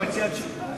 אני מציע ועדת מדע.